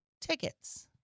tickets